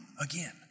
again